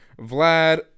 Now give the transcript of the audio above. Vlad